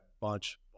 bunch